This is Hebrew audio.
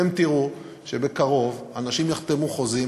אתם תראו שבקרוב אנשים יחתמו חוזים,